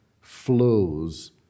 flows